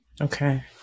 Okay